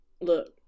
look